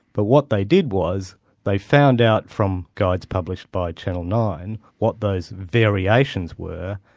but what they did was they found out from guides published by channel nine what those variations were,